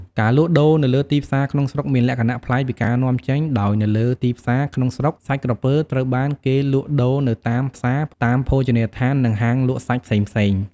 ការលក់ដូរនៅលើទីផ្សារក្នុងស្រុកមានលក្ខណៈប្លែកពីការនាំចេញ ដោយនៅលើទីផ្សារក្នុងស្រុកសាច់ក្រពើត្រូវបានគេលក់ដូរ នៅតាមផ្សារ តាមភោជនីយដ្ឋាន និងហាងលក់សាច់ផ្សេងៗ។